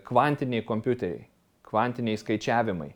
kvantiniai kompiuteriai kvantiniai skaičiavimai